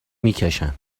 میکشن